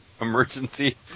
emergency